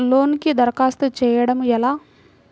లోనుకి దరఖాస్తు చేయడము ఎలా?